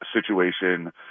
situation